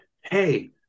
hey